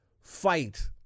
fight